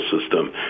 system